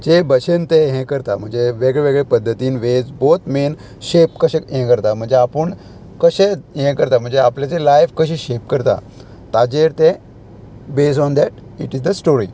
जे भशेन ते हे करता म्हणजे वेगळे वेगळे पद्दतीन वेज बोत मेन शेप कशे हे करता म्हणजे आपूण कशे हे करता म्हणजे आपलेची लायफ कशी शेप करता ताजेर ते based on that it is the story